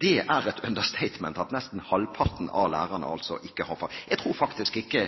Det er et understatement at nesten halvparten av lærerne altså ikke har det. Jeg tror faktisk ikke